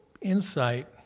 insight